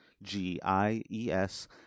G-I-E-S